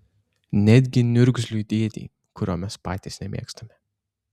netgi niurgzliui dėdei kurio mes patys nemėgstame